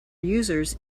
users